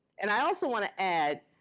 and i also want to add,